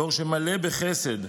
דור שמלא בחסד,